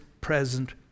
present